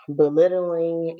belittling